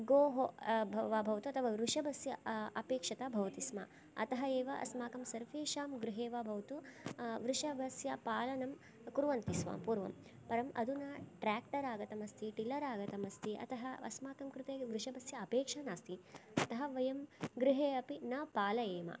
गोः वा भवतु अतवा ऋषभस्य अपेक्षता भवति स्म अतः एव अस्माकं सर्वेषां गृहे वा भवतु वृषभस्य पालनं कुर्वन्ति स्म पूर्वं परम् अधुना ट्रेक्टर् आगतम् अस्ति टीलर् आगतम् अस्ति अतः अस्माकं कृते ऋषभस्य अपेक्षा नास्ति अतः वयं गृहे अपि न पालयेम